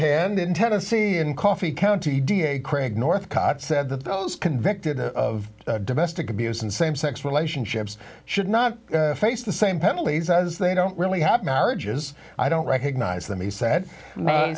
hand in tennessee in coffee county d a craig north caught said that those convicted of domestic abuse in same sex relationships should not face the same penalties as they don't really have marriages i don't recognize them